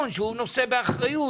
אני חושב שגם טובת האזרחים,